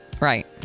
Right